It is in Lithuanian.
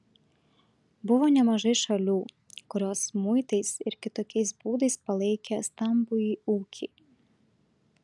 buvo nemažai šalių kurios muitais ir kitokiais būdais palaikė stambųjį ūkį